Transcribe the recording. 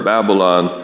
Babylon